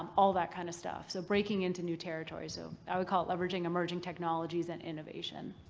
all that kind of stuff. so breaking into new territories. so i would call it leveraging emerging technologies and innovation.